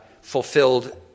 fulfilled